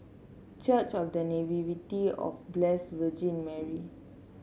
church of The Nativity of Blessed Virgin Mary